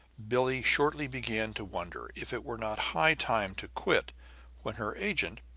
billie shortly began to wonder if it were not high time to quit when her agent,